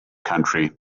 country